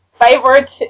favorite